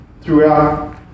Throughout